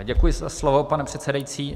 Děkuji za slovo, pane předsedající.